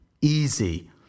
Easy